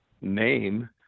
name